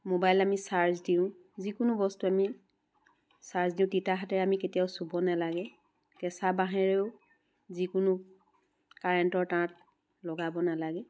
mobile আমি charge দিওঁ যিকোনো বস্তু আমি চাৰ্জ দিওঁ তিতা হাতেৰে আমি কেতিয়াও চুব নালাগে কেঁচা বাঁহেৰেও যিকোনো কাৰেণ্টৰ তাঁৰত লগাব নালাগে